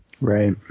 Right